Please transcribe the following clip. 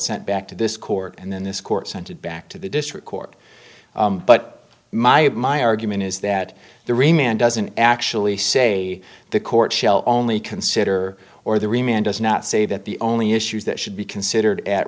sent back to this court and then this court sent it back to the district court but my my argument is that the remaining doesn't actually say the court shell only consider or the remaining does not say that the only issues that should be considered at